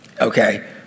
Okay